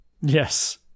Yes